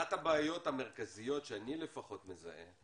אחת הבעיות המרכזיות שאני לפחות מזהה,